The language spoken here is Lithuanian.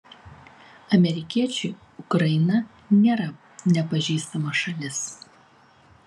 amerikiečiui ukraina nėra nepažįstama šalis